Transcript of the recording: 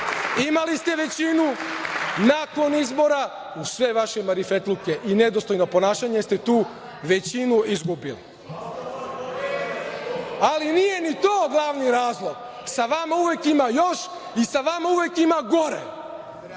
Imali ste većinu, nakon izbora, uz sve vaše marifetluke i nedostojno ponašanje ste tu većinu izgubili. Ali, nije ni to glavni razlog. Sa vama uvek ima još i sa vama uvek ima gore.